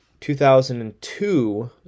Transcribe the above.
2002